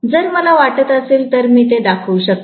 जर मला वाटत असेल तर मी ते दाखवू शकते